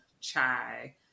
chai